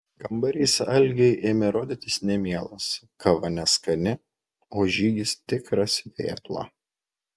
kambarys algei ėmė rodytis nemielas kava neskani o žygis tikras vėpla